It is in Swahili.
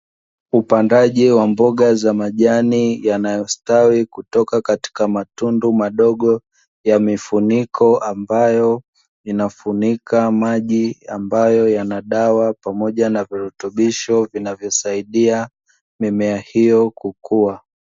Upandaji wa mboga za majani yanayostawi kutoka katika matundo madogo ya mifuniko, ambayo inafunika maji ambayo yana dawa pamoja na virutubisho vinavyosaidia mimea hiyo kukuwa.